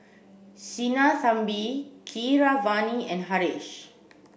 Sinnathamby Keeravani and Haresh